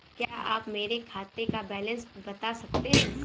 क्या आप मेरे खाते का बैलेंस बता सकते हैं?